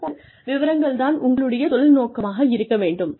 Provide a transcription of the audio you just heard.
இது போன்ற விஷயங்கள் தான் உங்களுடைய தொழில் நோக்கமாக இருக்க வேண்டும்